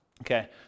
Okay